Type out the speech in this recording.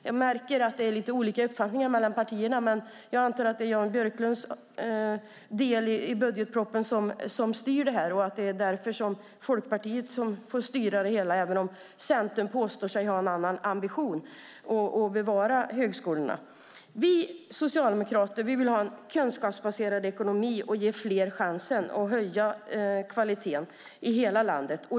Jag märker att det är lite olika uppfattningar mellan partierna, men jag antar att det är Jan Björklunds del i budgetpropositionen som styr det här och att Folkpartiet därför får styra det hela, även om Centern påstår sig ha en annan ambition och vill bevara högskolorna. Vi socialdemokrater vill ha en kunskapsbaserad ekonomi och ge fler chansen att höja kvaliteten i hela landet.